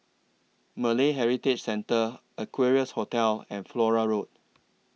Malay Heritage Centre Equarius Hotel and Flora Road